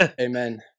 Amen